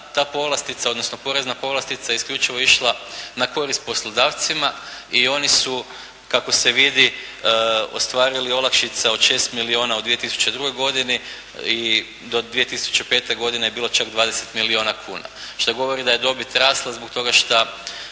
ta povlastica, odnosno porezna povlastica isključivo išla na korist poslodavcima i oni su kako se vidi ostvarili olakšica od 6 milijuna u 2002. godini i do 2005. godine je bilo čak 20 milijuna kuna, što govori da je dobit rasla zbog toga što